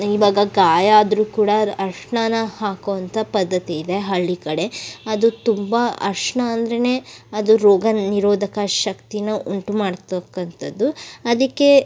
ಇವಾಗ ಗಾಯ ಆದರೂ ಕೂಡ ಅರ್ಶ್ನ ಹಾಕೋ ಅಂಥ ಪದ್ದತಿ ಇದೆ ಹಳ್ಳಿ ಕಡೆ ಅದು ತುಂಬ ಅರ್ಶಿನ ಅಂದ್ರೆ ಅದು ರೋಗ ನಿರೋಧಕ ಶಕ್ತಿನ ಉಂಟು ಮಾಡ್ತಕ್ಕಂಥದ್ದು ಅದಕ್ಕೆ